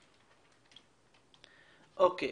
אוקיי.